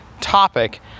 topic